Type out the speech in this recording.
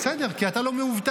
בסדר, כי אתה לא מאובטח.